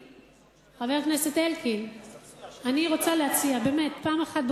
אני רוצה להציע שנתעלה פעם אחת,